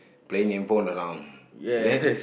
playing handphone around is it